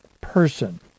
person